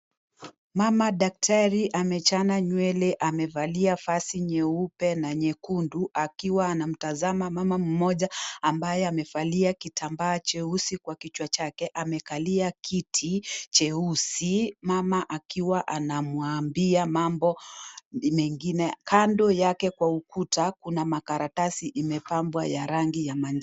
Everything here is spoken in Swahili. Mama daktari amechana nywele amevalia vazi nyeupe na nyekundu akiwa anamtazama mama mmoja ambaye amevalia kitambaa cheusi kwa kichwa chake amekalia kiti cheusi, mama akiwa anamwambia mambo mengine. Kando yake kwa ukuta kuna makaratasi imepambwa ya rangi ya manjano.